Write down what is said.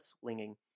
swinging